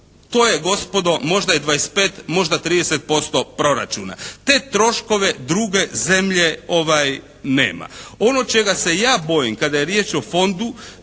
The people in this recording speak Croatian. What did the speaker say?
to je gospodo, možda je 25, možda 30% proračuna. Te troškove druge zemlje nema. Ono čega se ja bojim kada je riječ o Fondu